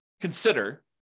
consider